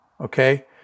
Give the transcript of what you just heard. okay